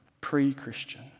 pre-Christian